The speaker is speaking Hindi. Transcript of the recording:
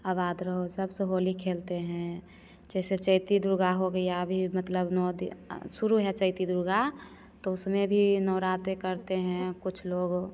आबाद रहो सबसे होली खेलते हैं जैसे चैती दुर्गा हो गया अभी मतलब नौ दिन शुरू है चैती दुर्गा तो उसमें भी नवरात्रि करते हैं कुछ लोग